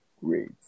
great